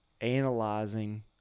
analyzing